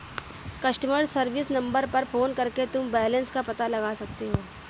customer service number पर phone करके तुम बैलन्स का पता लगा सकते हो